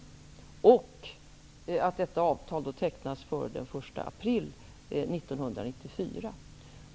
Detta avtal skall tecknas före den 1 april 1994.